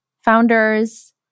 founders